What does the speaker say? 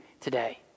today